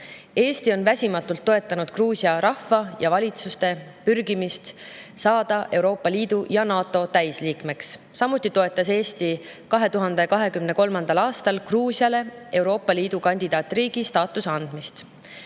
Eesti on väsimatult toetanud Gruusia rahva ja valitsuse pürgimist saada Euroopa Liidu ja NATO täisliikmeks. Samuti toetas Eesti 2023. aastal Gruusiale Euroopa Liidu kandidaatriigi staatuse andmist.